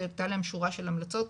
הייתה להם שורה של המלצות,